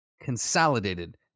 consolidated